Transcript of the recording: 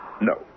No